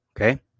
Okay